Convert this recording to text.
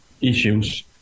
issues